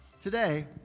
Today